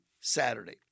Saturday